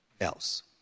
else